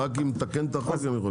רק אם נתקן את החוק הם יכולים.